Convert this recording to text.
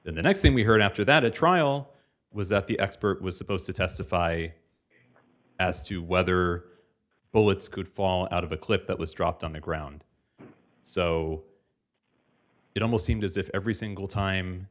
the next thing we heard after that a trial was that the expert was supposed to testify as to whether bullets could fall out of a clip that was dropped on the ground so it almost seemed as if every single time